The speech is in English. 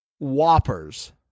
whoppers